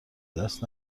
دست